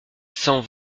cent